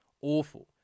awful